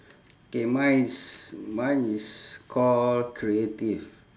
K mine is mine is call creative